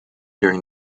during